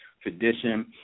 tradition